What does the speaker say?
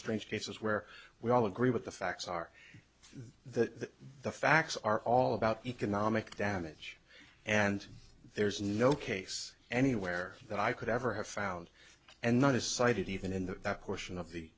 strange cases where we all agree but the facts are that the facts are all about economic damage and there's no case anywhere that i could ever have found and that is cited even in the portion of